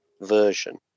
version